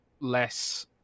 less